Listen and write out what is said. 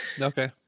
Okay